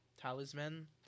talisman